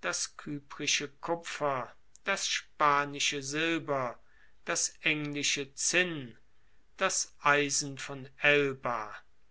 das kyprische kupfer das spanische silber das englische zinn das eisen von elba